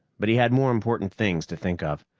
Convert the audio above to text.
but he had more important things to think of.